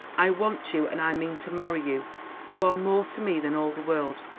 i want you, and i mean to marry you you are more to me than all the world.